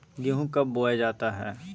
गेंहू कब बोया जाता हैं?